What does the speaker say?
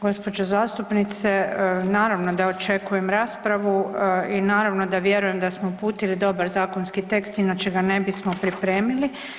Gospođo zastupnice naravno da očekujem raspravu i naravno da vjerujem da smo uputili dobar zakonski tekst, inače ga ne bismo pripremili.